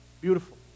Beautiful